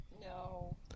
No